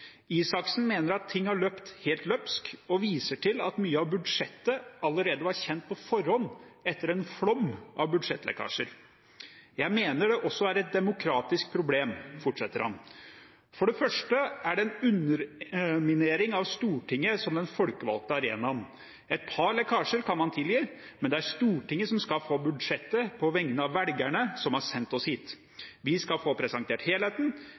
ting har løpt helt løpsk og viser til at mye av budsjettet allerede var kjent på forhånd etter en flom av budsjettlekkasjer.» Og videre: «Jeg mener det også er et demokratisk problem, fortsetter han. – For det første er det en underminering av Stortinget som den folkevalgte arenaen. Et par lekkasjer kan man tilgi, men det er Stortinget som skal få budsjettet på vegne av velgerne som har sendt oss hit. Vi skal få presentert helheten.